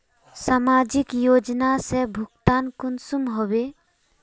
समाजिक योजना से भुगतान कुंसम होबे?